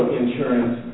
insurance